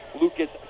Lucas